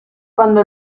cuando